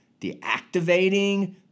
deactivating